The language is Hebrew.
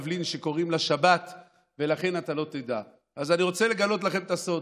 אבל אני קודם כול רוצה להתחיל בנושא אחר,